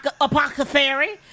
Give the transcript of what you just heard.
apothecary